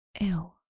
Ew